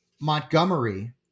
Montgomery